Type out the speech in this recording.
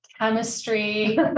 chemistry